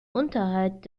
unterhalt